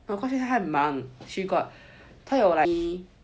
她很忙 she got 她有